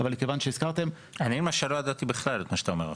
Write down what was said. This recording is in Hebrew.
אבל כיוון שהזכרתם --- אני למשל לא ידעתי בכלל את מה שאתה אומר עכשיו.